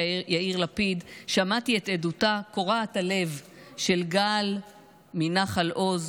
יאיר לפיד שמעתי את עדותה קורעת הלב של גל מנחל עוז,